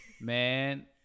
Man